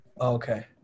okay